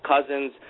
cousins